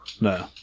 no